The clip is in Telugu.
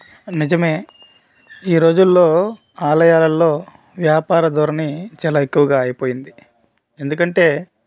నిజమే ఈరోజుల్లో ఆలయాలల్లో వ్యాపార ధోరణి చాలా ఎక్కువగా అయిపోయింది ఎందుకంటే